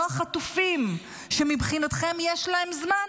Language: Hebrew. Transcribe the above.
לא החטופים, שמבחינתכם יש להם זמן,